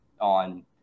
on